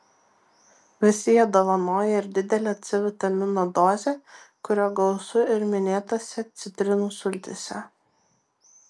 visi jie dovanoja ir didelę c vitamino dozę kurio gausu ir minėtose citrinų sultyse